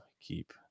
keep